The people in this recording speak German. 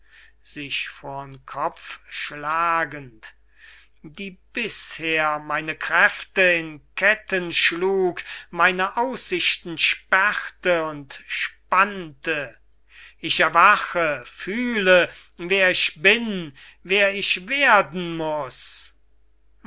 die bisher meine kräfte in ketten schlug meine aussichten sperrte und spannte ich erwache fühle wer ich bin wer ich werden muß